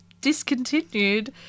discontinued